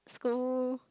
school